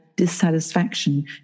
dissatisfaction